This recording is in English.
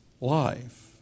life